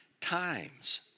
times